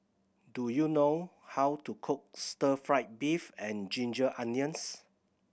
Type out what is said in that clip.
do you know how to cook stir fried beef and ginger onions